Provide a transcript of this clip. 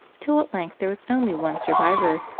till at length there was only one survivor,